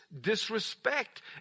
disrespect